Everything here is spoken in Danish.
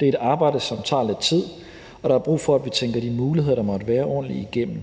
Det er et arbejde, som tager lidt tid, og der er brug for, at vi tænker de muligheder, der måtte være, ordentligt igennem.